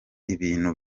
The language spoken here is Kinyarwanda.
ibintu